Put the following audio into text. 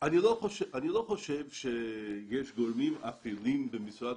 אני לא חושב שיש גורמים אפלים במשרד